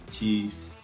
Chiefs